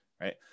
right